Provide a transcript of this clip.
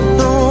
no